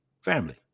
family